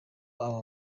uko